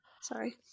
Sorry